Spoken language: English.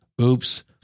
oops